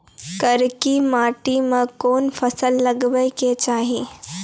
करकी माटी मे कोन फ़सल लगाबै के चाही?